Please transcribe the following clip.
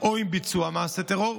או עם ביצוע מעשה טרור,